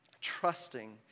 trusting